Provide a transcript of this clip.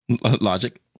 Logic